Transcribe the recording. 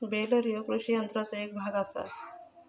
baler ह्यो कृषी यंत्राचो एक भाग आसा